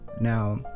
now